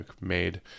made